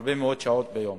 הרבה מאוד שעות ביום.